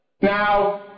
Now